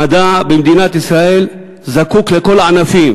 המדע במדינת ישראל זקוק לכל הענפים,